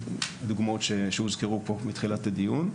הדוגמאות שהוזכרו פה בתחילת הדיון.